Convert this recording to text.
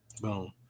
Boom